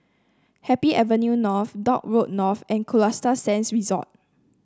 Happy Avenue North Dock Road North and Costa Sands Resort